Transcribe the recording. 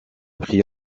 prix